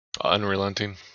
Unrelenting